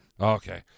Okay